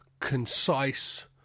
concise